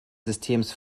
systems